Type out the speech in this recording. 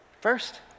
First